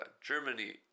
Germany